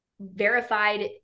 verified